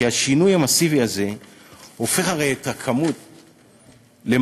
כי השינוי המסיבי הזה הופך את הכמות למהות.